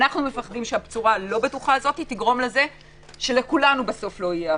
אנו פוחדים שהצורה הלא בטוחה הזו תגרום לכך שלכולנו בסוף לא יהיה אוויר,